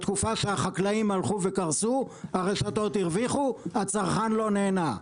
בתקופה שהחקלאים הלכו וקרסו הרשתות הרוויחו והצרכן לא נהנה.